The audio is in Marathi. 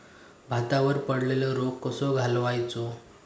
भातावर पडलेलो रोग कसो घालवायचो?